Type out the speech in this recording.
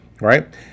Right